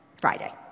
Friday